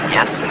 Yes